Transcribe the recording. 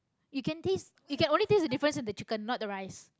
you can taste you can only taste the difference in the chicken not the rice